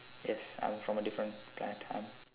yes I'm from a different planet I'm